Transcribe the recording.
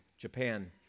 Japan